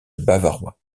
bavarois